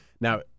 Now